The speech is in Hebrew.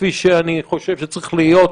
כפי שאני חושב שצריך להיות,